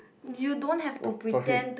oh sorry